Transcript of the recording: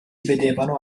vedevano